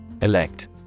Elect